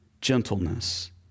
gentleness